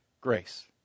grace